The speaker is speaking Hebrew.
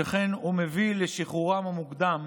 שכן הוא מביא לשחרורם המוקדם